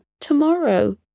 tomorrow